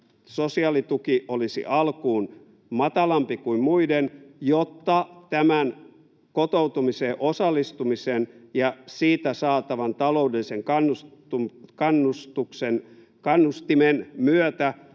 sosiaalituki olisi alkuun matalampi kuin muiden, jotta tämän kotoutumiseen osallistumisen ja siitä saatavan taloudellisen kannustimen myötä